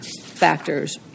factors